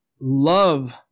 love